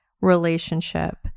relationship